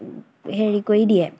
হেৰি কৰি দিয়ে